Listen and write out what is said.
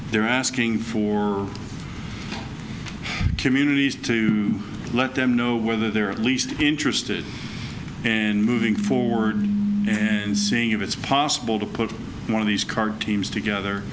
they're asking for communities to let them know where they're at least interested and moving forward and seeing if it's possible to put one of these card teams together